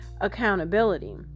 accountability